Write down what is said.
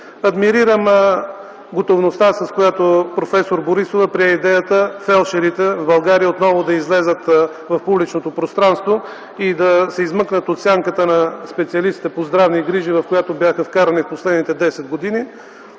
Адмирирам готовността, с която проф. Борисова прие идеята фелдшерите в България отново да излязат в публичното пространство и да се измъкнат от сянката на специалистите по здравни грижи, в която бяха вкарани, последните десет години.